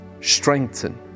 strengthen